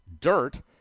dirt